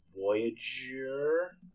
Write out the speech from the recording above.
Voyager